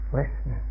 listen